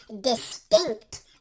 distinct